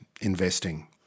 investing